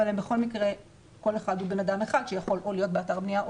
אבל בכל מקרה כל אחד הוא בן אדם אחד שיכול הוא להיות באתר בנייה,